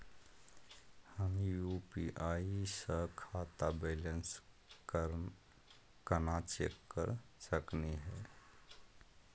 हम यू.पी.आई स खाता बैलेंस कना चेक कर सकनी हे?